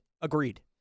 Agreed